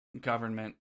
government